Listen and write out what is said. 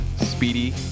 speedy